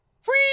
free